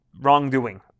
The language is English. wrongdoing